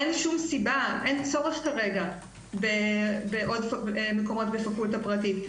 אין שום סיבה ואין צורך כרגע בעוד מקום לפקולטה פרטית.